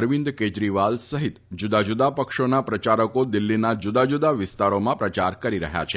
અરવિંદ કેજરીવાલ સહિત જુદાં જુદાં પક્ષોના પ્રચારકો દિલ્હીના જુદા જુદા વિસ્તારોમાં પ્રચાર કરી રહ્યા છે